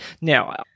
now